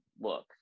look